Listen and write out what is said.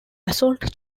assault